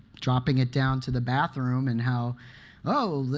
dropping it down to the bathroom and how oh,